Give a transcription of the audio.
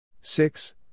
Six